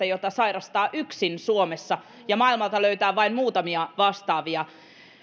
jota sairastaa suomessa yksin ja jota maailmalta löytää vain muutamia vastaavia